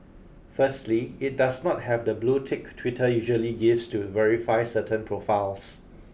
firstly it does not have the blue tick Twitter usually gives to verify certain profiles